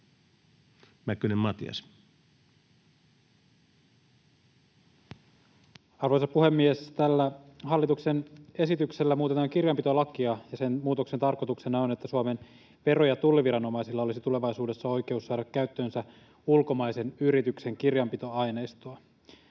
Content: Arvoisa puhemies! Tällä hallituksen esityksellä muutetaan kirjanpitolakia, ja sen muutoksen tarkoituksena on, että Suomen vero- ja tulliviranomaisilla olisi tulevaisuudessa oikeus saada käyttöönsä ulkomaisen yrityksen kirjanpitoaineistoa.